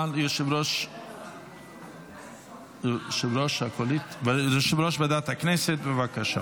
התשפ"ג 2022, של חבר הכנסת בועז טופורובסקי,